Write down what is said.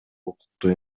укуктуу